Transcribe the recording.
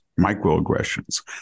microaggressions